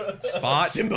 Spot